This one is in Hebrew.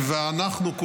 אנחנו,